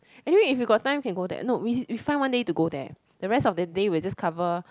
anyway if we got time can go there no we we find one day to go there the rest of the day we just cover